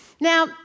Now